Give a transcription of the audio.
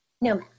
no